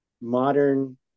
modern